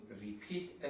repeat